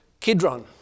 Kidron